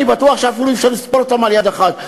אני בטוח שאפילו אי-אפשר לספור אותם על יד אחת,